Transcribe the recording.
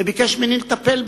וביקש ממני לטפל בזה.